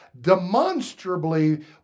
demonstrably